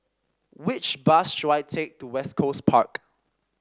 which bus should I take to West Coast Park